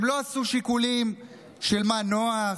הם לא עשו שיקולים של מה נוח,